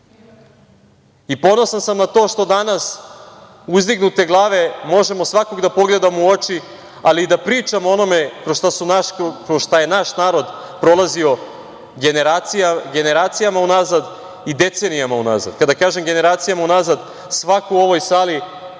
imenom. Ponosan sam na to što danas uzdignute glave možemo svakog da pogledam u oči, ali i da pričamo o onome kroz šta je naš narod prolazio generacijama unazad i decenijama unazad. Kada kažem generacijama unazad, svako u ovoj sali